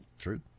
True